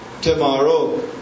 tomorrow